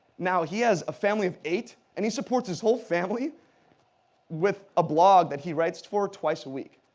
now, he has a family of eight, and he supports his whole family with a blog that he writes for twice a week.